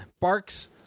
barks